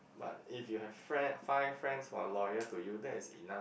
but if you have friend~ five friends who are loyal to you that is enough